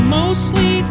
mostly